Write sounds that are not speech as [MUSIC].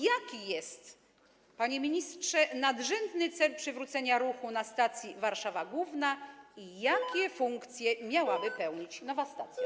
Jaki jest, panie ministrze, nadrzędny cel przywrócenia ruchu na stacji Warszawa Główna [NOISE] i jakie funkcje miałaby pełnić nowa stacja?